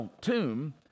tomb